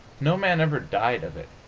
no man ever died of it.